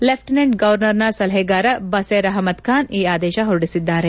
lieutenant ಗವರ್ನರ್ನ ಸಲಹೆಗಾರ ಬಸೇರ್ ಅಹಮದ್ ಖಾನ್ ಆದೇಶ ಹೊರಡಿಸಿದ್ದಾರೆ